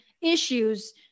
issues